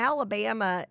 Alabama